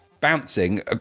bouncing